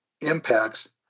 impacts